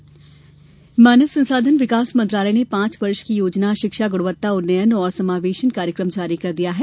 समावेशन कार्यक्रम मानव संसाधन विकास मंत्रालय ने पांच वर्ष की योजना शिक्षा गुणवत्ता उन्नयन और समावेशन कार्यक्रम जारी कर दिया है